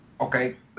Okay